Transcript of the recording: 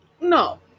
no